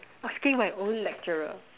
asking my own lecturer